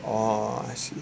orh I see